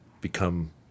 become